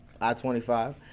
i-25